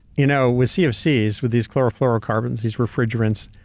you know with cfcs, with these chlorophora carbons, these refrigerants,